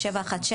716,